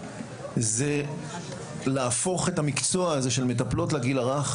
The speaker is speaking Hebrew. זה להפוך את המקצוע הזה של מטפלות לגיל הרך,